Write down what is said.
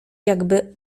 jakby